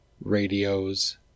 radios